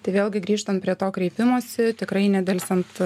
tai vėlgi grįžtant prie to kreipimosi tikrai nedelsiant